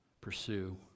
pursue